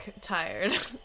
tired